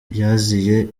yaziye